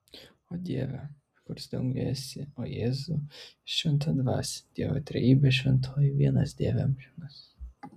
o dieve kurs danguje esi o jėzau ir šventa dvasia dievo trejybe šventoji vienas dieve amžinasis